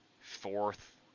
fourth